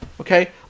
Okay